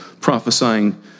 prophesying